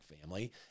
family